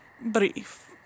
brief